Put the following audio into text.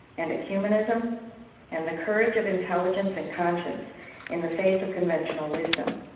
and ecumenism and the courage of intelligence and conscience in the face of conventional wisdom.